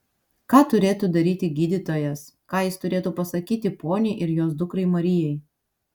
ką turėtų daryti gydytojas ką jis turėtų pasakyti poniai ir jos dukrai marijai